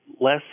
less